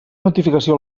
notificació